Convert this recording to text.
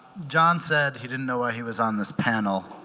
jon said he didn't know why he was on this panel,